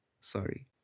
Sorry